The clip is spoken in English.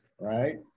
right